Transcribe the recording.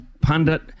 pundit